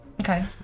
Okay